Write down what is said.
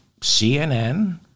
CNN